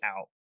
out